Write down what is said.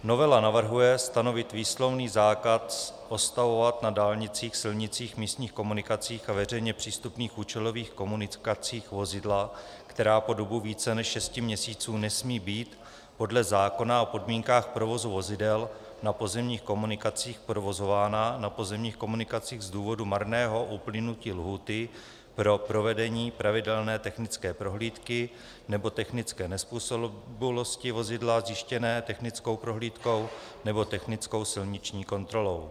Novela navrhuje stanovit výslovný zákaz odstavovat na dálnicích, silnicích, místních komunikacích a veřejně přístupných účelových komunikacích vozidla, která po dobu více než 6 měsíců nesmí být podle zákona o podmínkách provozu vozidel na pozemních komunikacích provozována na pozemních komunikacích z důvodu marného uplynutí lhůty pro provedení pravidelné technické prohlídky nebo technické nezpůsobilosti vozidla zjištěné technickou prohlídkou nebo technickou silniční kontrolou.